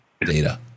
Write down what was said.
data